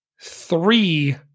three